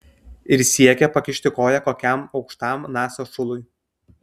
ir siekia pakišti koją kokiam aukštam nasa šului